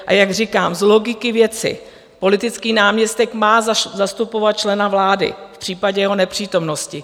A jak říkám, z logiky věci politický náměstek má zastupovat člena vlády v případě jeho nepřítomnosti.